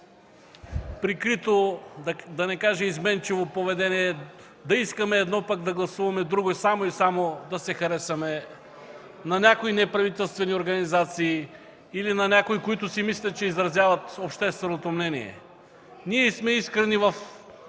прикрито, да не кажа, изменчиво поведение – да искаме едно, пък да гласуваме друго само и само да се харесаме на някои неправителствени организации, или на някои, които си мислят, че изразяват общественото мнение. Ние сме искрени в